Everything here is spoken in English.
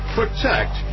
protect